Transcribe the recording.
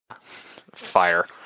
Fire